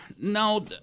No